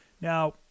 Now